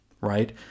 right